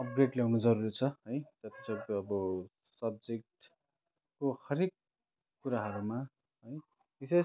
upgrade ल्याँउनु जरुरी छ है जति सक्दो अब सब्जेक्टको हरेक कुराहरूमा है विशेष